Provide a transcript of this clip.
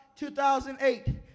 2008